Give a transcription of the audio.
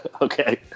Okay